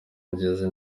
ngeze